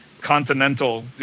continental